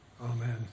amen